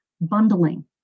bundling